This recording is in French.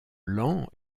lents